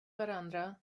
varandra